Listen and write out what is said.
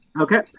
Okay